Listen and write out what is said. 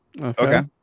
okay